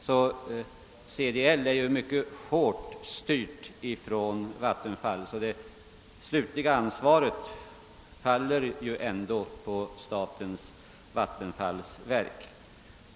CDL är alltså mycket hårt styrd från Vattenfall, och det slutliga ansvaret faller ändå på statens vattenfallsverk.